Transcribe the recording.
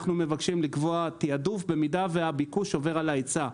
אנחנו מבקשים לקבוע תעדוף במידה והביקוש גובר על ההיצע.